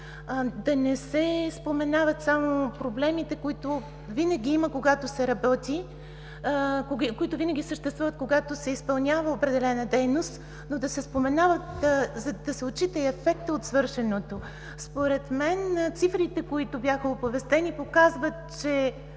Да не се споменават само проблемите, които винаги има, когато се работи, които винаги съществуват, когато се изпълнява определена дейност, но да се отчита и ефектът от свършеното. Според мен цифрите, които бяха оповестени, показват, че